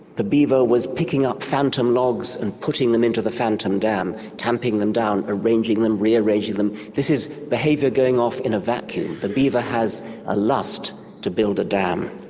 the beaver was picking up phantom logs and putting them into the phantom dam, tamping them down arranging them, rearranging them. this is behaviour going off in a vacuum, the beaver has a lust to build a dam.